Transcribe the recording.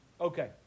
Okay